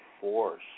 force